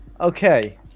Okay